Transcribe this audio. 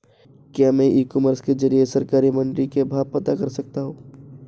क्या मैं e commerce के ज़रिए सरकारी मंडी के भाव पता कर सकता हूँ?